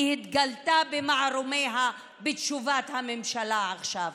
כי היא התגלתה במערומיה בתשובת הממשלה עכשיו.